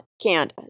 Canada